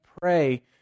pray